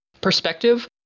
perspective